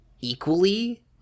equally